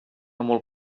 molt